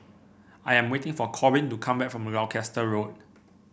I am waiting for Corbin to come back from Gloucester Road